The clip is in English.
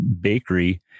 bakery